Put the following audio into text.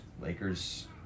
Lakers